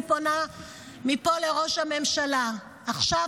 אני פונה מפה לראש הממשלה: עכשיו,